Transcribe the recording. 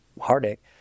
heartache